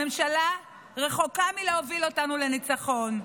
הממשלה רחוקה מלהוביל אותנו לניצחון.